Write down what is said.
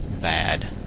Bad